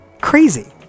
Crazy